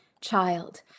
child